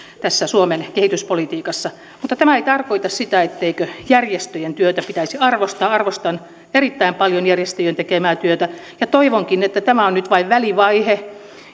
tässä suomen kehityspolitiikassa mutta tämä ei tarkoita sitä etteikö järjestöjen työtä pitäisi arvostaa arvostan erittäin paljon järjestöjen tekemää työtä ja toivonkin että tämä on nyt vain välivaihe